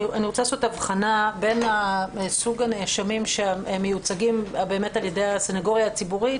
אני רוצה לעשות הבחנה בין סוג הנאשמים שמיוצגים על ידי הסניגוריה הציבורית